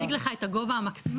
זה מציג לך את הגובה המקסימלי,